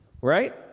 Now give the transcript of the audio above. right